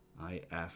I-F